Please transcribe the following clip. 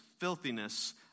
filthiness